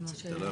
אתה לא יכול.